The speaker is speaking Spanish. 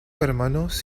hermanos